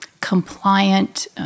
compliant